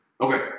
Okay